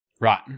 Right